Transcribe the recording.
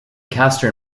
castor